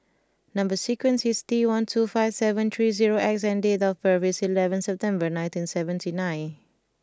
number sequence is T one two five seven three zero X and date of birth is eleven September nineteen seventy nine